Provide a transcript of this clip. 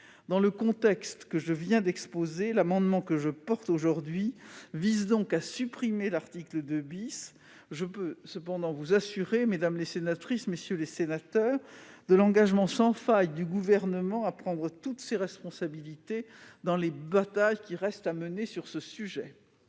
tenu du contexte que je viens d'exposer, mon amendement vise donc à supprimer l'article 2 . Je veux cependant vous assurer, mesdames les sénatrices, messieurs les sénateurs, de l'engagement sans faille du Gouvernement à prendre toutes ses responsabilités dans les combats qu'il reste à mener sur ce sujet.